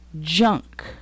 junk